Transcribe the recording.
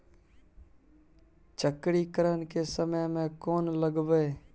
चक्रीकरन के समय में कोन लगबै?